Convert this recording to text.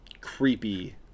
creepy